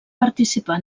participar